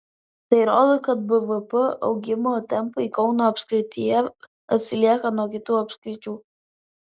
tai rodo kad bvp augimo tempai kauno apskrityje atsilieka nuo kitų apskričių